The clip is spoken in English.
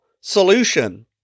solution